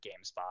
GameSpot